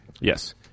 Yes